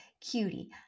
cutie